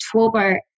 October